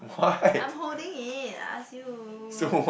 I'm holding it I ask you